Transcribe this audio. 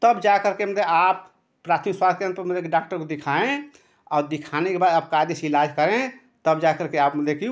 तब जा करके मतलब आप प्राथमिक स्वास्थ्य केन्द्र पर मतलब कि डॉक्टर को दिखाएँ और दिखाने के बाद आप कायदे से इलाज़ करें तब जा करके आप मतलब कि